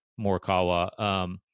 Morikawa